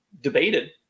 debated